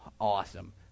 awesome